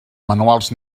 manuals